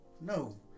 No